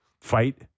fight